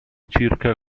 circa